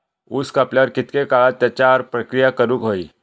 ऊस कापल्यार कितके काळात त्याच्यार प्रक्रिया करू होई?